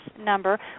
number